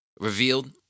revealed